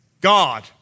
God